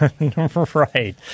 Right